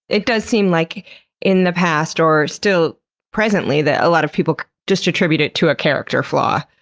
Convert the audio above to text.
it does seem like in the past, or still presently, that a lot of people just attribute it to a character flaw.